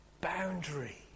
boundary